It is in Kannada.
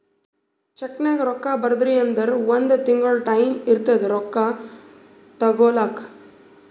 ಚೆಕ್ನಾಗ್ ರೊಕ್ಕಾ ಬರ್ದಿ ಅಂದುರ್ ಒಂದ್ ತಿಂಗುಳ ಟೈಂ ಇರ್ತುದ್ ರೊಕ್ಕಾ ತಗೋಲಾಕ